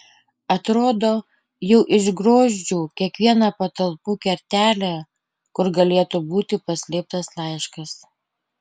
atrodo jau išgriozdžiau kiekvieną patalpų kertelę kur galėtų būti paslėptas laiškas